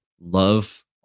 love